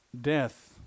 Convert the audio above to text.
Death